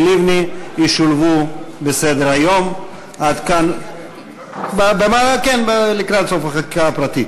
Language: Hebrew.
לבני ישולבו בסדר-היום לקראת סוף החקיקה הפרטית,